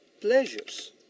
pleasures